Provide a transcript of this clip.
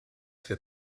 für